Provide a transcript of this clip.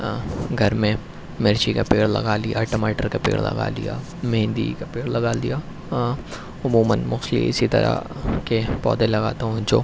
گھر میں مرچی کا پیڑ لگا لیا ٹماٹر کا پیڑ لگا لیا مہندی کا پیڑ لگا دیا اسی طرح کے پودے لگاتا ہوں جو